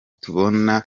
tubona